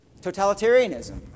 totalitarianism